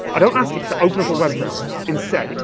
i don't ask it to open up a web browser. instead,